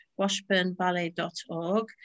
washburnballet.org